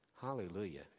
hallelujah